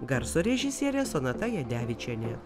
garso režisierė sonata jadevičienė